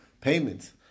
payments